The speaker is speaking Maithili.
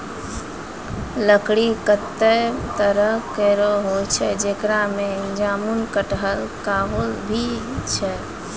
लकड़ी कत्ते तरह केरो होय छै, जेकरा में जामुन, कटहल, काहुल भी छै